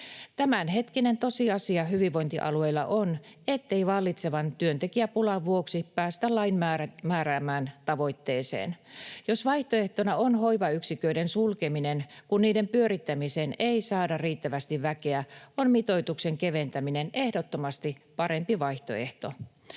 Tämänhetkinen tosiasia hyvinvointialueilla on, ettei vallitsevan työntekijäpulan vuoksi päästä lain määräämään tavoitteeseen. Jos vaihtoehtona on hoivayksiköiden sulkeminen, kun niiden pyörittämiseen ei saada riittävästi väkeä, on mitoituksen keventäminen ehdottomasti parempi vaihtoehto.